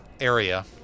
area